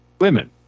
women